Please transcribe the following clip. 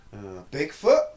Bigfoot